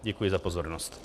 Děkuji za pozornost.